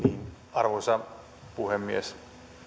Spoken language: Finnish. arvoisa puhemies